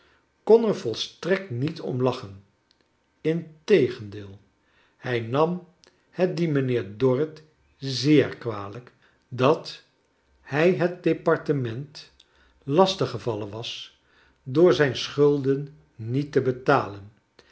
kon er volstrekt niet om lachen integendeel hij nam het dien mij nheer d orrit zeer kwalijk dat hij het departement lastig gevallen was door zijn schulden niet te betalen